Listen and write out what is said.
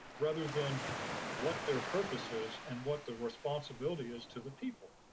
rather than what their purpose is and what the responsibility is to the people.